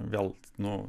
vėl nu